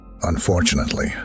Unfortunately